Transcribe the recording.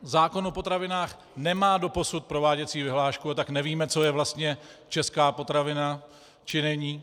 Zákon o potravinách nemá doposud prováděcí vyhlášku, tak nevíme, co je vlastně česká potravina, či není.